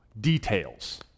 details